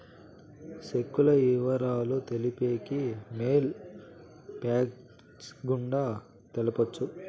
సెక్కుల ఇవరాలు తెలిపేకి మెయిల్ ఫ్యాక్స్ గుండా తెలపొచ్చు